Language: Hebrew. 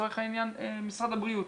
לצורך העניין משרד הבריאות,